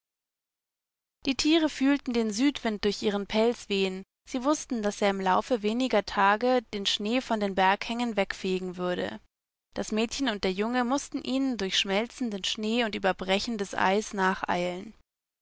die tiere fühlten den südwind durch ihren pelz wehen sie wußten daß er im laufe weniger tage den schnee von den berghängen wegfegen würde das mädchen und der junge mußten ihnen durch schmelzenden schnee und über brechendes eis